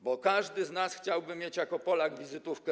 Bo każdy z nas chciałby mieć jako Polak również wizytówkę.